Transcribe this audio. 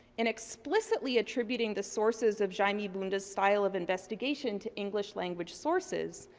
and explicitly attributing the sources of jaime bunda's style of investigation to english language sources,